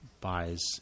buys